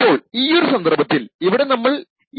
അപ്പോൾ ഈയൊരു സന്ദർഭത്തിൽ ഇവിടെ നമ്മൾ